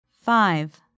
Five